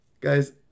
guys